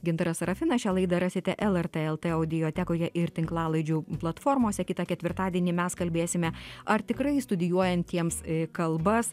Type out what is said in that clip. gintaras serafinas šią laidą rasite lrt lt audiotekoje ir tinklalaidžių platformose kitą ketvirtadienį mes kalbėsime ar tikrai studijuojantiems kalbas